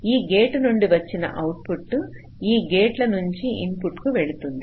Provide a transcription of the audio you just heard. ఈ గేటు నుండి వచ్చిన అవుట్పుట్ ఈ గేట్ల ఇన్పుట్లకు వెళ్తుంది